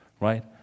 Right